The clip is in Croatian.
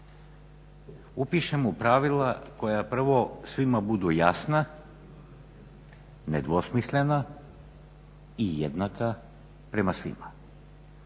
upišemo pravila koja prvo svima budu jasna, nedvosmislena i jednaka prema svima.